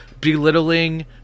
belittling